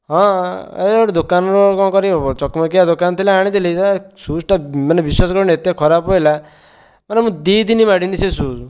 ହଁ ଏଇ ଗୋଟେ ଦୋକାନୁରୁ କ'ଣ କରିବ ଚକମକିଆ ଦୋକାନ ଥିଲା ଆଣିଥିଲି ହେ ସୁଜ୍ଟା ମାନେ ବିଶ୍ୱାସ କରିବନି ଏତେ ଖରାପ ପଡ଼ିଲା ମାନେ ମୁଁ ଦୁଇ ଦିନ ମାଡ଼ିନି ସେ ସୁଜ୍